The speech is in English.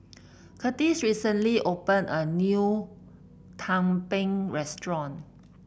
Kurtis recently opened a new Tumpeng restaurant